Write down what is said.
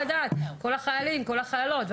החיילים והחיילות בישראל לדעת,